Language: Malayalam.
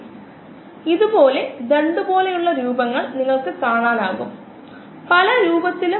ഈ 2 കേസുകളിൽ സ്പിരുലിന സിംഗിൾ കോശ പ്രോട്ടീൻ കോശങ്ങൾ തന്നെ ഉൽപ്പന്നങ്ങളാണ്